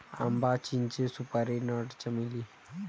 आंबा, चिंचे, सुपारी नट, चमेली